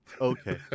Okay